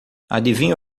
adivinha